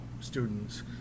students